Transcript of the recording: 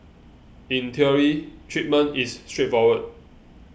in theory treatment is straightforward